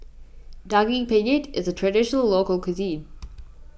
Daging Penyet is a Traditional Local Cuisine